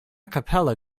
capella